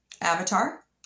Avatar